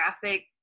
graphic